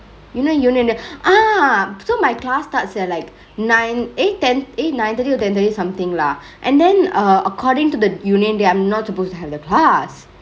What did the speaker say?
you know union ah so my class starts at like nine eh ten eh nine thirty or ten thirty somethingk lah and then err accordingk to the union thingk I'm not suppose to have that day